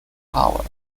power